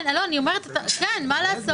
כן, מה לעשות.